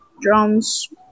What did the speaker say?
drums